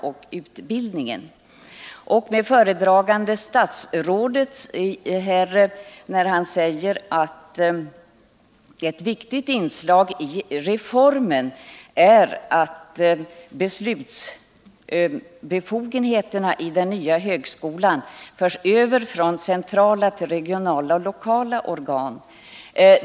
Jag noterar också föredragande statsrådets uttalande, att ett viktigt inslag i reformen är att beslutsbefogenheterna i den nya högskolan förs över från centrala till regionala och lokala organ.